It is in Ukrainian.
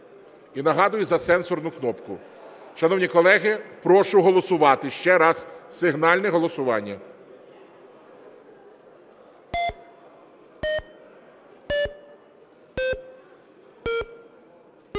і нагадую за сенсорну кнопку. Шановні колеги, прошу голосувати, ще раз сигнальне голосування.